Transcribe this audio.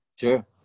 Sure